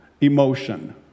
emotion